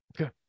Okay